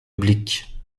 oblique